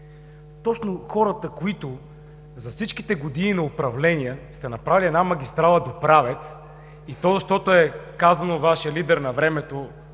Точно хората, които за всичките години на управление сте направили само една магистрала до Правец, и то защото е казал Вашият лидер навремето,